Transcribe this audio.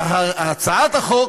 שהצעת החוק